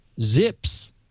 Zips